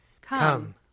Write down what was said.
Come